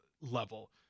level